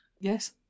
Yes